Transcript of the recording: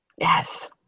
Yes